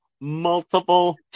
multiple